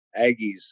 Aggies